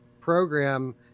program